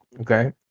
Okay